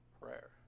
prayer